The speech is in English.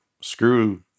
screw